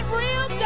real